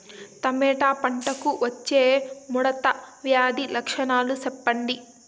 Tomato పంటకు వచ్చే ముడత వ్యాధి లక్షణాలు చెప్పండి?